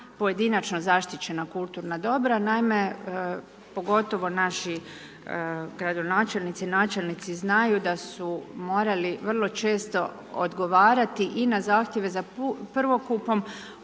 pojedinačno zaštićena kulturna dobra. Naime, pogotovo naši gradonačelnici, načelnici znaju da su morali vrlo često odgovarati i na zahtjeve za prvokupom